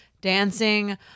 dancing